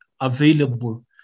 available